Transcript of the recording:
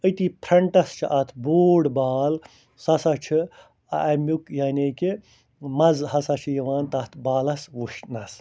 أتی فرٛٮ۪نٛٹَس چھِ اَتھ بوڈ بال ہسا چھِ اَمیُک یعنی کہِ مَزٕ ہَسا چھُ یِوان تتھ بالس وُچھنس